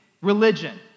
religion